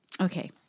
Okay